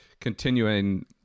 continuing